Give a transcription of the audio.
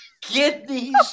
kidneys